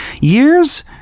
years